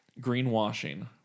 Greenwashing